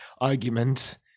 argument